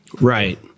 Right